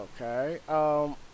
Okay